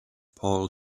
paul